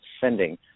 sending